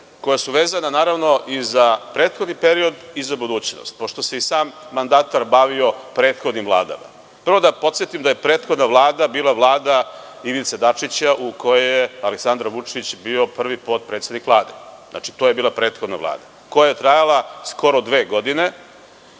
koja su vezana i za prethodni period i za budućnost, pošto se i sam mandatar bavio prethodnim vladama. Prvo, da podsetim da je prethodna Vlada bila Vlada Ivice Dačića u kojoj je Aleksandar Vučić bio prvi potpredsednik Vlade. Znači, to je bila prethodna Vlada, koja je trajala skoro dve godine.